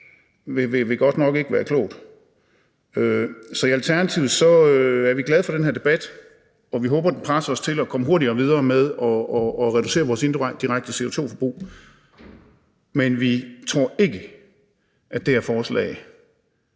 vil godt nok ikke være klogt. Så i Alternativet er vi glade for den her debat, og vi håber, at den presser os til at komme hurtigere videre med at reducere vores indirekte CO2-forbrug, men vi tror ikke, at det her forslag